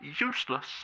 useless